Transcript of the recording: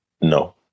No